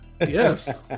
yes